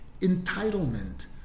entitlement